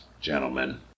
gentlemen